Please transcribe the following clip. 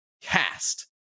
CAST